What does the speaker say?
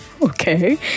Okay